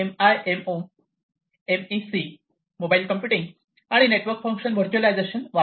MIMO MEC mobile computing आणि network function virtualization Network function virtualization